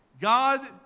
God